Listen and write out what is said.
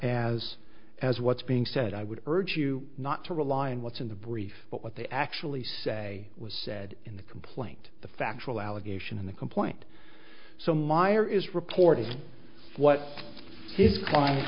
as as what's being said i would urge you not to rely on what's in the brief but what they actually say was said in the complaint the factual allegation in the complaint so meyer is reporting what his client